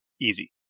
Easy